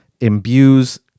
imbues